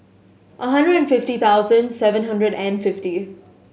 a hundred and fifty thousand seven hundred and fifty